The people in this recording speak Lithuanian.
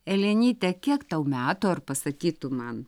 elenyte kiek tau metų ar pasakytum man